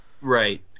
Right